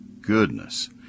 goodness